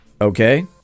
Okay